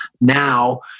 Now